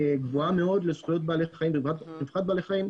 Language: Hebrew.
גבוהה מאוד לזכויות בעלי חיים ולטובת בעלי חיים.